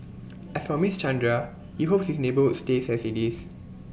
as for miss Chandra he hopes his neighbourhood stays as IT is